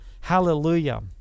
Hallelujah